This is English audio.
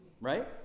Right